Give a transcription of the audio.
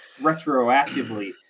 retroactively